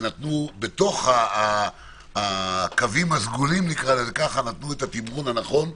ונתנו בקווים הסגולים נתנו את התמרון הנכון,